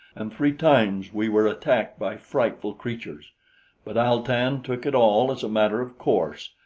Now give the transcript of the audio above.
and three times we were attacked by frightful creatures but al-tan took it all as a matter of course,